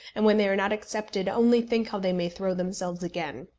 and when they are not accepted only think how they may throw themselves again.